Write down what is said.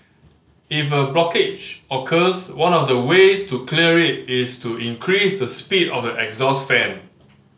if a blockage occurs one of the ways to clear it is to increase the speed of the exhaust fan